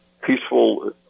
peaceful